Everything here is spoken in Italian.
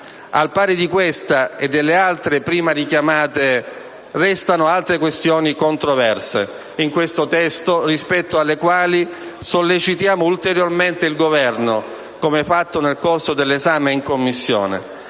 Al pari di questa e delle altre prima richiamate, restano ulteriori questioni controverse in questo testo rispetto alle quali sollecitiamo ulteriormente il Governo, come fatto nel corso dell'esame in Commissione,